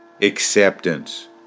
Acceptance